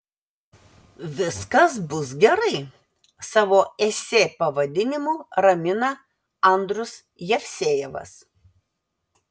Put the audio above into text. viskas bus gerai savo esė pavadinimu ramina andrius jevsejevas